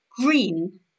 Green